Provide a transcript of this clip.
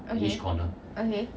okay okay